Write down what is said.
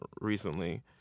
recently